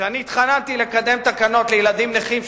כשאני התחננתי לקדם תקנות לילדים נכים,